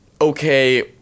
okay